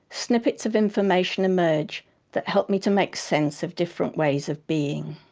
snippets of information emerge that help me to make sense of different ways of being.